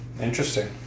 interesting